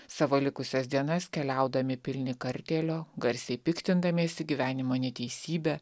savo likusias dienas keliaudami pilni kartėlio garsiai piktindamiesi gyvenimo neteisybe